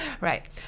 Right